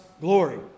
glory